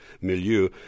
milieu